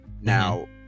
Now